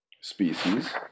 species